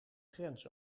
grens